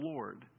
Lord